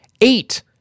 Eight